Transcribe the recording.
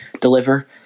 deliver